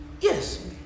Yes